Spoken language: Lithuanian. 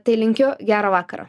tai linkiu gero vakaro